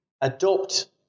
adopt